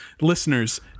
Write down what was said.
listeners